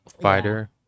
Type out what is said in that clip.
fighter